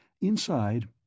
Inside